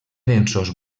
densos